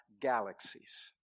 galaxies